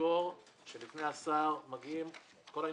תזכור שלפני השר מגיעה כל האינפורמציה,